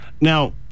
Now